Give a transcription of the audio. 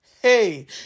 Hey